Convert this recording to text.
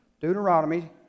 Deuteronomy